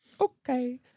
Okay